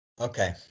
Okay